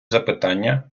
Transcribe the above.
запитання